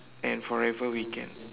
and forever we can